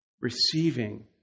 receiving